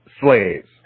slaves